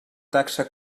taxa